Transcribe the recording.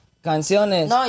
canciones